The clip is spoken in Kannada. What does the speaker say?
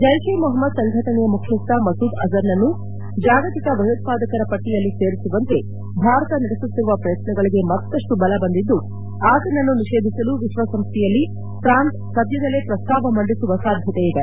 ಜ್ಟಿಷ್ ಎ ಮೊಹಮದ್ ಸಂಘಟನೆಯ ಮುಖ್ಯಸ್ತ ಮಸೂದ್ ಅಜರ್ನನ್ನು ಜಾಗತಿಕ ಭಯೋತ್ಸಾದಕರ ಪಟ್ಟಿಯಲ್ಲಿ ಸೇರಿಸುವಂತೆ ಭಾರತ ನಡೆಸುತ್ತಿರುವ ಪ್ರಯತ್ತಗಳಿಗೆ ಮತ್ತಷ್ಟು ಬಲ ಬಂದಿದ್ದು ಆತನನ್ನು ನಿಷೇಧಿಸಲು ವಿಶ್ವಸಂಸ್ದೆಯಲ್ಲಿ ಫ್ರಾನ್ಸ್ ಸದ್ಯದಲ್ಲೇ ಪ್ರಸ್ತಾವವನ್ನು ಮಂಡಿಸುವ ಸಾಧ್ಯತೆ ಇದೆ